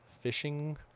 fishing